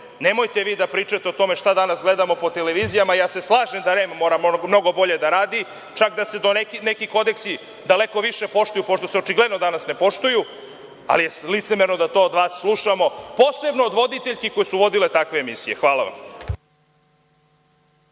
nemojte vi da pričate o tome šta danas gledamo po televizijima, ja se slažem da REM mora mnogo bolje da radi, čak da se neki kodeksi daleko više poštuju pošto se očigledno danas ne poštuju, ali je licemerno da to od vas slušamo, posebno od voditeljki koje su vodile takve emisije. Hvala